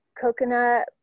coconut